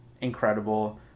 incredible